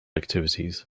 activities